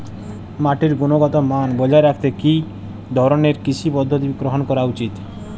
মাটির গুনগতমান বজায় রাখতে কি ধরনের কৃষি পদ্ধতি গ্রহন করা উচিৎ?